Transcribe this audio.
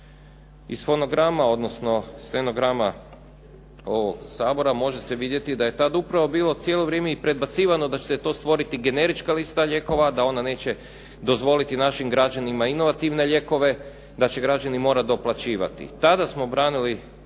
Iz fonograma, odnosno stenograma ovog Sabora može se vidjeti da je tada upravo bilo cijelo vrijeme i predbacivano da će se to stvoriti generička lista lijekova, da ona neće dozvoliti našim građanima inovativne lijekova, da će građani morati doplaćivati. Tada smo branili,